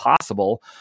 possible